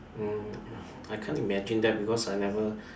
mm I can't imagine that because I never